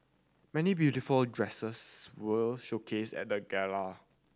many beautiful dresses were showcased at the gala